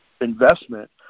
investment